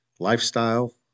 lifestyle